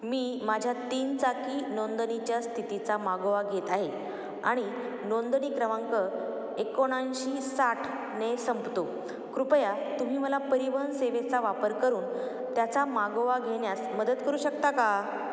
मी माझ्या तीन चाकी नोंदणीच्या स्थितीचा मागोवा घेत आहे आणि नोंदणी क्रमांक एकोणऐंशी साठने संपतो कृपया तुम्ही मला परिवहन सेवेचा वापर करून त्याचा मागोवा घेण्यास मदत करू शकता का